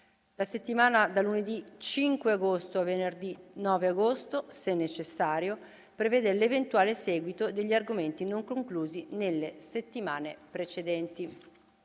La settimana da lunedì 5 agosto a venerdì 9 agosto, se necessario, prevede l'eventuale seguito degli argomenti non conclusi nelle settimane precedenti.